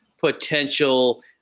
potential